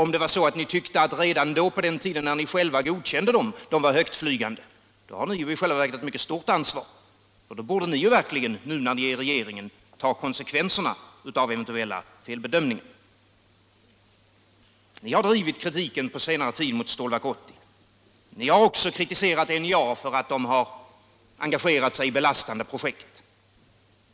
Om ni redan på den tiden då ni själva godkände dessa planer tyckte att de var högtflygande har ni i själva verket ett mycket stort ansvar, och då borde ni verkligen nu när ni är i regeringsställning ta konsekvenserna av eventuella felbedömningar. Ni har drivit kritiken på senare tid mot Stålverk 80. Ni har också kritiserat NJA för att det har engagerat sig i belastande projekt.